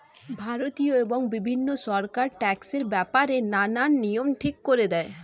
ভারতীয় এবং বিভিন্ন সরকার ট্যাক্সের ব্যাপারে নানান নিয়ম ঠিক করে দেয়